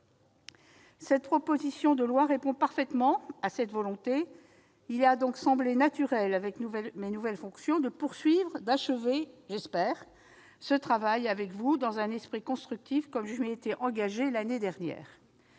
Cette proposition de loi répond parfaitement à cette volonté. Il m'a donc semblé naturel, dans le cadre de mes nouvelles fonctions, de poursuivre- d'achever, je l'espère -ce travail avec vous, dans un esprit constructif, comme je m'y étais engagée l'année dernière.